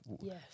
Yes